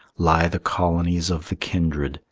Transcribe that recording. lie the colonies of the kindred,